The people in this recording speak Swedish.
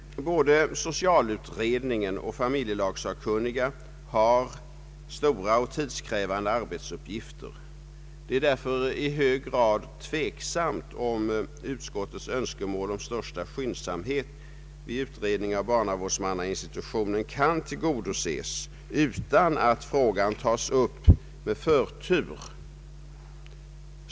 Både socialutredningen och familjelagssakkunniga har stora och tidskrävande arbetsuppgifter. Det är därför i hög grad tveksamt huruvida utskottets önskemål om största skyndsamhet vid utredningen av barnavårdsmannainstitutionen kan tillgodoses utan att frågan tas upp med förtur.